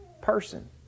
person